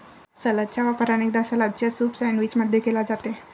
सलादचा वापर अनेकदा सलादच्या सूप सैंडविच मध्ये केला जाते